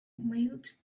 mailed